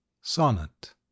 Sonnet